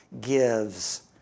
gives